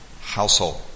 household